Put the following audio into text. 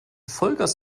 vollgas